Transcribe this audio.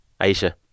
Aisha